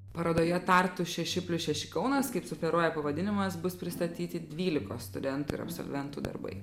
parodoje tartu šeši plius šeši kaunas kaip sufleruoja pavadinimas bus pristatyti dvylikos studentų ir absolventų darbai